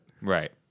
Right